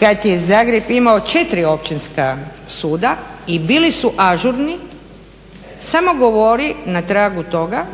kada je Zagreb imao 4 općinska suda i bili su ažurni, samo govori na tragu toga